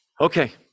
Okay